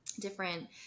different